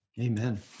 Amen